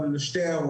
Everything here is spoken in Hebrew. אבל יש לנו שתי הערות.